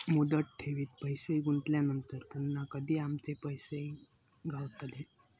मुदत ठेवीत पैसे गुंतवल्यानंतर पुन्हा कधी आमचे पैसे गावतले?